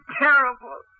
terrible